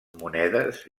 monedes